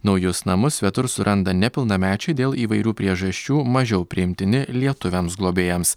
naujus namus svetur suranda nepilnamečiai dėl įvairių priežasčių mažiau priimtini lietuviams globėjams